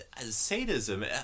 Sadism